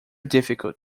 difficult